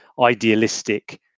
idealistic